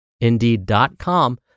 Indeed.com